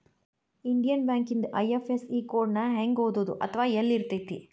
Indian ಬ್ಯಾಂಕಿಂದ IFSC code ನ ಹೆಂಗ ಓದೋದು ಅಥವಾ ಯೆಲ್ಲಿರ್ತೆತಿ?